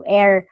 air